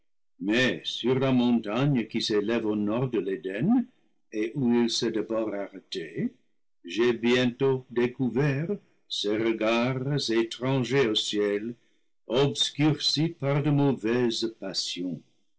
mais sur la montagne qui s'élève au nord de l'éden et où il s'est d'abord arrêté j'ai bientôt découvert ses regards étrangers au ciel obscurcis par de mauvaises passions